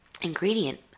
ingredient